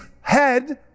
head